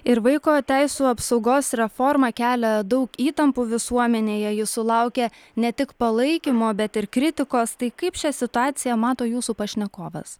ir vaiko teisių apsaugos reforma kelia daug įtampų visuomenėje ji sulaukia ne tik palaikymo bet ir kritikos tai kaip šią situaciją mato jūsų pašnekovas